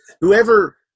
whoever –